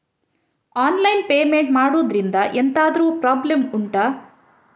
online payment ಮಾಡುದ್ರಿಂದ ಎಂತಾದ್ರೂ problem ಉಂಟಾ